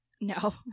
no